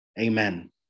amen